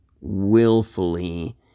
willfully